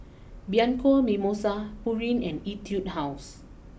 Bianco Mimosa Pureen and Etude house